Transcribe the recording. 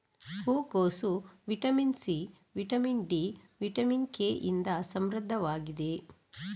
ಹೂಕೋಸು vitamin C, vitamin D, vitamin K ಇಂದ ಸಮೃದ್ಧವಾಗಿದೆ